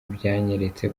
byanyeretse